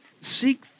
seek